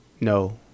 no